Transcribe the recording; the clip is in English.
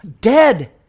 Dead